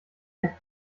recht